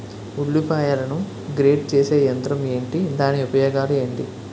ఉల్లిపాయలను గ్రేడ్ చేసే యంత్రం ఏంటి? దాని ఉపయోగాలు ఏంటి?